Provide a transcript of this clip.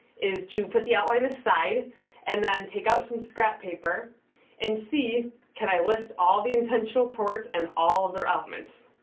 is to put the outline aside and then take out some scrap paper and see, can i list all the intentional torts and all of their elements.